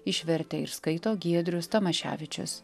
išvertė ir skaito giedrius tamaševičius